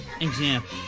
example